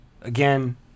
Again